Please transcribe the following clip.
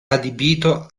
adibito